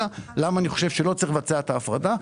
למה אני חושב שלא צריך לבצע את ההפרדה.